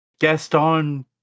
Gaston